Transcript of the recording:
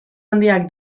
handiak